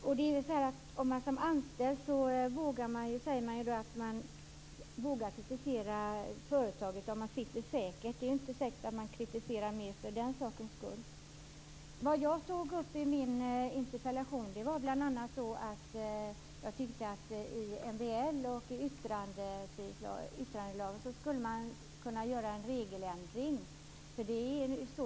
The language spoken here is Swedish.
Man säger att den anställde som sitter säkert i företaget vågar kritisera mera. Det är inte säkert att man kritiserar mer för den sakens skull. Vad jag tog upp i min interpellation var bl.a. att jag tyckte att man i MBL och yttrandefrihetslagstiftningen skulle kunna göra en regeländring.